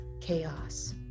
chaos